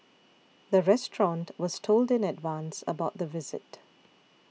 the restaurant was told in advance about the visit